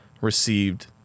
received